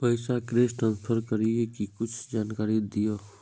पैसा cash transfer करऐ कि कुछ जानकारी द दिअ